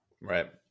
Right